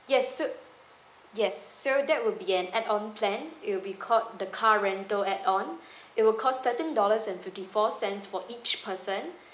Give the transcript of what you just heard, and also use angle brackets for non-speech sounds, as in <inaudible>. yes so yes so that would be an add on plan it will be called the car rental add on <breath> it will cost thirteen dollars and fifty four cents for each person